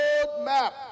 roadmap